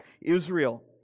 Israel